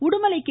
Udumalai K